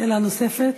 שאלה נוספת.